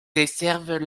desservent